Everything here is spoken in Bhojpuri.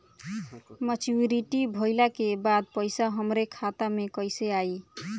मच्योरिटी भईला के बाद पईसा हमरे खाता में कइसे आई?